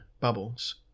bubbles